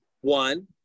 one